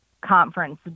conference